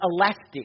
elastic